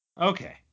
Okay